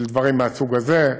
של דברים מהסוג הזה,